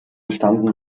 gestanden